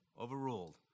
Overruled